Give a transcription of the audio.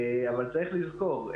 אבל צריך לזכור,